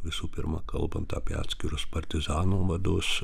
visų pirma kalbant apie atskirus partizanų vadus